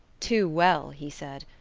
too well he said,